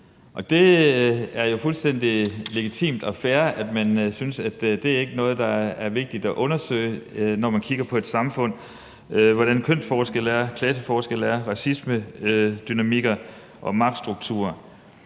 Det er jo fuldstændig legitimt og fair, at man synes, at det ikke er noget, der er vigtigt at undersøge, når man kigger på et samfund, altså hvordan kønsforskelle, klasseforskelle, racismedynamikker og magtstrukturer